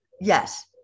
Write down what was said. Yes